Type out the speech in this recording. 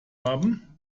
haben